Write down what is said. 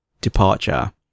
departure